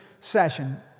session